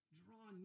draw